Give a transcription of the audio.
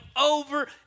over